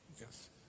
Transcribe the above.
Yes